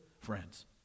friends